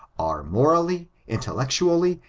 are morally, intellectually,